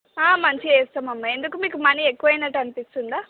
ఆ మంచిగా చేస్తాం అమ్మ ఎందుకు మీకు మనీ ఎక్కువ అయినట్టు అనిపిస్తుందా